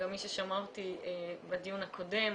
מי ששמע אותי בדיון הקודם,